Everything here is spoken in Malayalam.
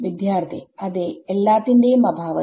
വിദ്യാർത്ഥി അതെ എല്ലാത്തിന്റെയും ആഭാവത്തിൽ